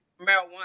marijuana